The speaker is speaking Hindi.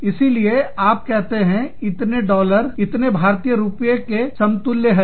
इसीलिए आप कहते हैं इतने डॉलर कितने भारतीय रुपए के समतुल्य है